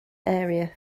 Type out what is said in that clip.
area